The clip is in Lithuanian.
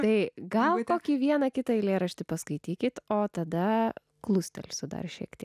tai gal kokį vieną kitą eilėraštį paskaitykit o tada klustelsiu dar šiek tiek